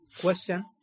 Question